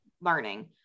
learning